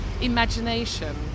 imagination